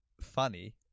funny